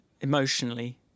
emotionally